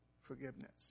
forgiveness